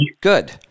Good